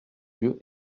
yeux